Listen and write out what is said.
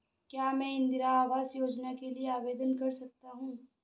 क्या मैं इंदिरा आवास योजना के लिए आवेदन कर सकता हूँ?